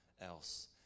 else